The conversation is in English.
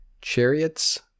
Chariots